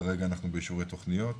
כרגע אנחנו באישורי תוכניות.